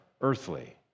earthly